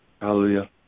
Hallelujah